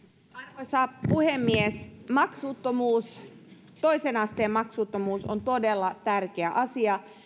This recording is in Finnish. arvoisa puhemies toisen asteen maksuttomuus on todella tärkeä asia